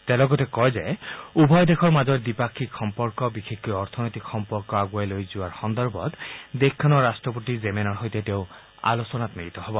তেওঁ লগতে কয় যে উভয় দেশৰ মাজৰ দ্বিপাক্ষিক সম্পৰ্ক বিশেষকৈ অৰ্থনৈতিক সম্পৰ্ক আগুৱাই লৈ যোৱাৰ সন্দৰ্ভত দেশখনৰ ৰাট্টপতি জেমেনৰ সৈতে তেওঁ আলোচনাত মিলিত হ'ব